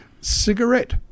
cigarette